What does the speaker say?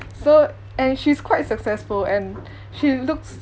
so and she's quite successful and she looks